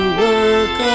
work